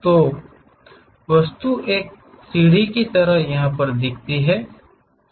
तो वस्तु एक सीढ़ी की तरह दिखती है